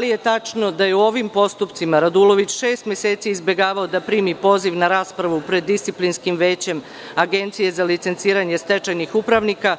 li je tačno da je u ovim postupcima Radulović šest meseci izbegavao da primi poziv na raspravu pred disciplinskim većem Agencije za licenciranje stečajnih upravnika,